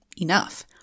enough